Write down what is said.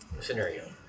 Scenario